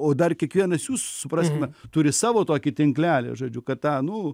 o dar kiekvienas jų supraskime turi savo tokį tinklelį žodžiu kad tą nu